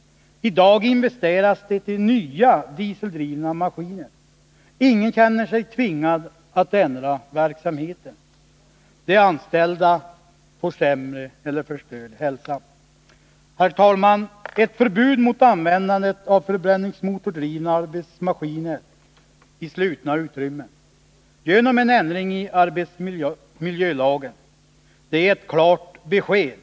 I dag investeras det i nya dieseldrivna maskiner. Ingen känner sig tvingad att ändra verksamheten. De anställda får sämre hälsa eller förstörd hälsa. Herr talman! Ett förbud mot användandet av förbränningsmotordrivna arbetsmaskiner i slutna utrymmen, genom en ändring i arbetsmiljölagen, är ett klart besked.